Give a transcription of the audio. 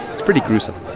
it's pretty gruesome